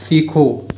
सीखो